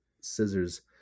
scissors